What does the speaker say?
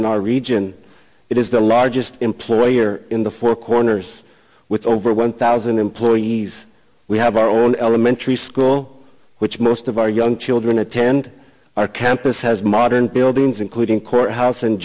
in our region it is the largest employer in the four corners with over one thousand employees we have our own elementary school which most of our young children attend our campus has modern buildings including courthouse